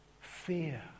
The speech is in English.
fear